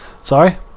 Sorry